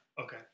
Okay